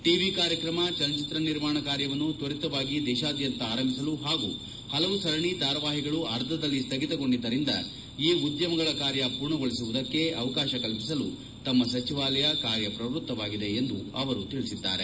TV ಕಾರ್ಯಕ್ರಮ ಚಲನಚಿತ್ರ ನಿರ್ಮಾಣ ಕಾರ್ಯವನ್ನು ತ್ವರಿತವಾಗಿ ದೇಶಾದ್ದಂತ ಆರಂಭಿಸಲು ಹಾಗೂ ಕೆಲವು ಸರಣಿ ಧಾರಾವಾಹಿಗಳು ಅರ್ಧದಲ್ಲಿ ಸ್ಥಗಿತಗೊಂಡಿರುವುದರಿಂದ ಈ ಉದ್ದಮಗಳ ಕಾರ್ಯ ಪೂರ್ಣಗೊಳಿಸುವುದಕ್ಕೆ ಅವಕಾಶ ಕಲ್ಪಿಸಲು ತಮ್ಮ ಸಚಿವಾಲಯ ಕಾರ್ಯ ಪ್ರವೃತ್ತವಾಗಿವೆ ಎಂದು ಅವರು ತಿಳಿಸಿದ್ದಾರೆ